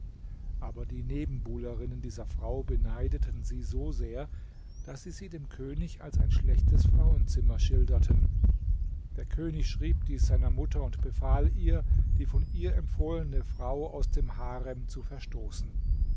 aber die nebenbuhlerinnen dieser frau beneideten sie so sehr daß sie sie dem könig als ein schlechtes frauenzimmer schilderten der könig schrieb dies seiner mutter und befahl ihr die von ihr empfohlene frau aus dem harem zu verstoßen